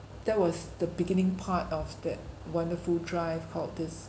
that was the beginning part of that wonderful drive called this